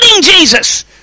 Jesus